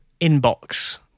inbox